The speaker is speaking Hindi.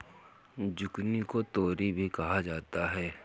जुकिनी को तोरी भी कहा जाता है